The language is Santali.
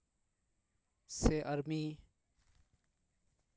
ᱥᱮ ᱟᱹᱨᱢᱤ